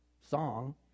song